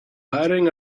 hiring